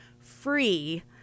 free